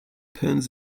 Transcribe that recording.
puns